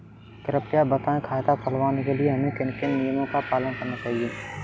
कृपया बताएँ खाता खुलवाने के लिए हमें किन किन नियमों का पालन करना चाहिए?